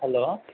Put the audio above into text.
hello